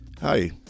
Hi